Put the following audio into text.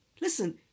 Listen